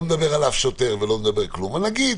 לא מדבר על אף שוטר אבל נגיד